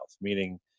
meaning